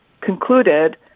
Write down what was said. concluded